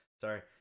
sorry